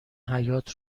حیاط